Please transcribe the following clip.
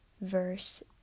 verse